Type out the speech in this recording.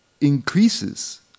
increases